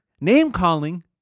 name-calling